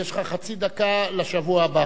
יש לך חצי דקה לשבוע הבא,